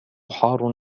حار